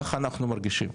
ככה אנחנו מרגישים.